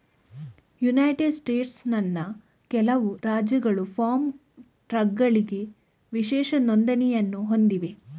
United ಸ್ಟೇಟ್ಸ್ನ ಕೆಲವು ರಾಜ್ಯಗಳು ಫಾರ್ಮ್ ಟ್ರಕ್ಗಳಿಗೆ ವಿಶೇಷ ನೋಂದಣಿಯನ್ನು ಹೊಂದಿವೆ